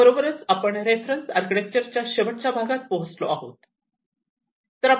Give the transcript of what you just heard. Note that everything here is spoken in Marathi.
याबरोबरच आपण रेफरन्स आर्किटेक्चरच्या शेवटच्या भागात पोचलो आहोत